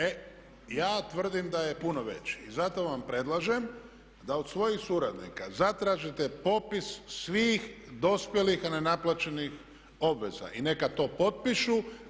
E ja tvrdim da je puno veći i zato vam predlažem da od svojih suradnika zatražite popis svih dospjelih, a ne naplaćenih obveza i neka to potpišu.